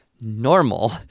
normal